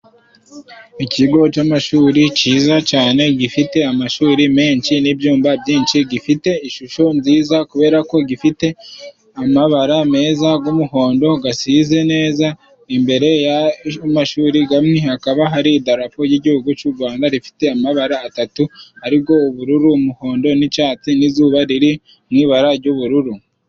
Ikigo c'amashuri ciza cane gifite amashuri menshi n'ibyumba byinshi gifite ishusho nziza kubera ko gifite amabara meza g'umuhondo gasize neza imbere yamashuri gari hakaba hari idarapo ry'igihugu c'urwanda rifite amabara atatu arigo ubururu, n'umuhondo, n'icatsi, n'izuba riri mwibara ry'ubururu.